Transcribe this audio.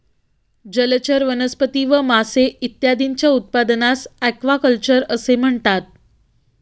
जलचर वनस्पती व मासे इत्यादींच्या उत्पादनास ॲक्वाकल्चर असे म्हणतात